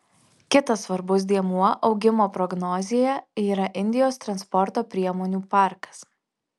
kitas svarbus dėmuo augimo prognozėje yra indijos transporto priemonių parkas